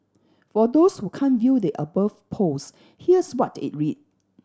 for those who can't view the above post here's what it read